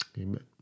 amen